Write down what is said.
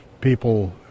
people